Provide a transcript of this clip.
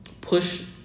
push